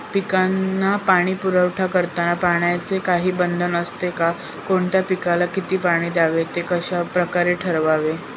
पिकांना पाणी पुरवठा करताना पाण्याचे काही बंधन असते का? कोणत्या पिकाला किती पाणी द्यावे ते कशाप्रकारे ठरवावे?